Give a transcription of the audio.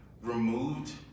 removed